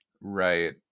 Right